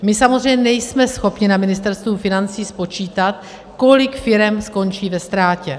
My samozřejmě nejsme schopni na Ministerstvu financí spočítat, kolik firem skončí ve ztrátě.